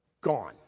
gone